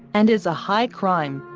and is a high crime,